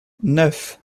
neuf